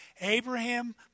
Abraham